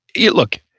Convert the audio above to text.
look